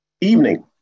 evening